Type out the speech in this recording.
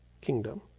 kingdom